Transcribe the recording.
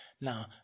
now